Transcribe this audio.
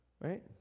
right